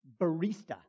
barista